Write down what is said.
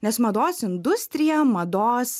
nes mados industrija mados